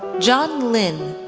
john lin,